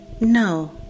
no